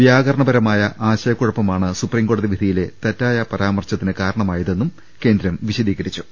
വ്യാകരണപരമായ ആശയക്കുഴപ്പമാണ് സുപ്രിംകോടതി വിധി യിലെ തെറ്റായ പരാമർശത്തിന് കാരണമായതെന്നും കേന്ദ്രം വിശ ദീകരിച്ചു